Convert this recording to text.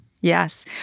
Yes